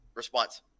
response